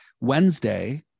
Wednesday